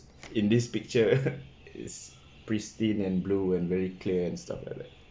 in this picture is pristine and blue and very clear and stuff like that